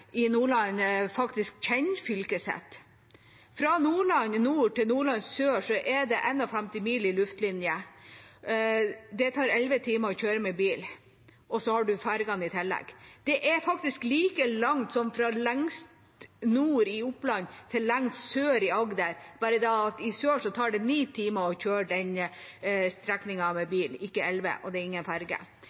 i Nordland faktisk kjenner fylket sitt. Fra Nordland i nord til Nordland i sør er det 51 mil i luftlinje. Det tar elleve timer å kjøre med bil. Og så har en fergene i tillegg. Det er faktisk like langt som fra lengst nord i Oppland til lengst sør i Agder, bare det at i sør tar det ni timer å kjøre strekningen med bil, ikke elleve, og det er ingen ferge.